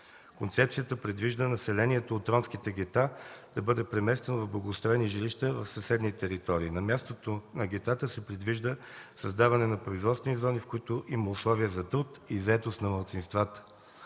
Концепцията предвижда населението от ромските гета да бъде преместено в благоустроени жилища в съседни територии. На мястото на гетата се предвижда създаване на производствени зони, в които има условия за труд и заетост на малцинствата.